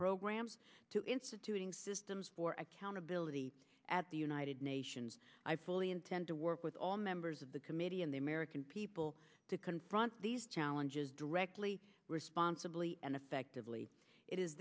programs to instituting systems for accountability at the unite nations i fully intend to work with all members of the committee and the american people to confront these challenges directly responsibly and effectively it is